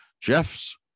Jeff's